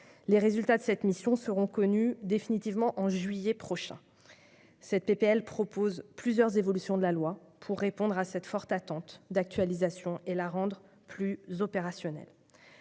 Les résultats de cette mission seront connus définitivement en juillet prochain. Le présent texte propose plusieurs évolutions de la loi pour répondre à cette forte attente d'actualisation et la rendre plus opérationnelle.